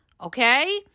okay